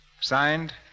Signed